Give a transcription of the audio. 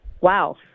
Wow